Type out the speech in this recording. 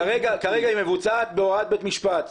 כרגע היא מבוצעת בהוראת בית משפט.